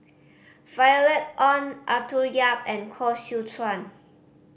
Violet Oon Arthur Yap and Koh Seow Chuan